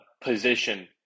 position